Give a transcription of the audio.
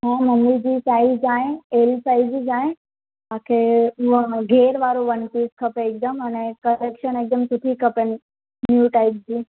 हा मम्मी जी साइज आहे एल साइज ही आहे आख़िरि हुन में गेर वारो वन पीस खपे हिकदमि अने कलेक्शन हिकदमि सुठी खपेनि न्यूं टाइप जूं